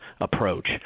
approach